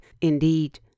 Indeed